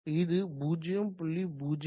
இது 0